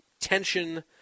tension